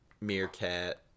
meerkat